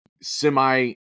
semi